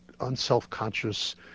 unselfconscious